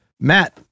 Matt